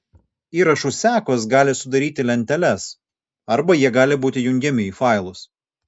įrašų sekos gali sudaryti lenteles arba jie gali būti jungiami į failus